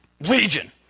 legion